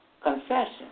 confession